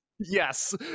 Yes